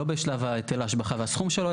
לא בשלב היטל ההשבחה והסכום שלו.